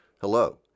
Hello